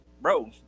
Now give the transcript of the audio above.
bro